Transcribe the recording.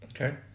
Okay